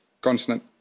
Consonant